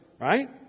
Right